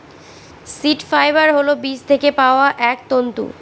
seed fibre হল বীজ থেকে পাওয়া এক তন্তু